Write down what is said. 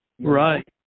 Right